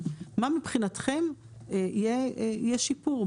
מה מבחינתכם יהיה שיפור,